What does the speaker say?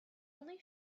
only